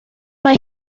mae